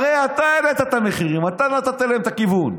הרי אתה העלית את המחירים, אתה נתת להם את הכיוון.